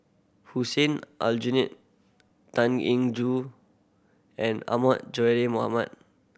Hussein Aljunied Tan Eng Joo and Ahmad Mohamad